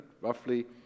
roughly